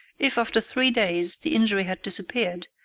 if after three days the injury had disappeared,